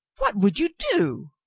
what would you do?